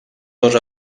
dos